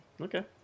okay